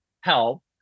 help